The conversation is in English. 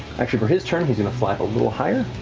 actually for his turn, he's going to fly a little higher